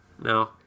No